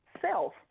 self